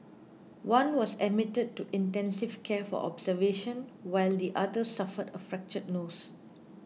one was admitted to intensive care for observation while the other suffered a fractured nose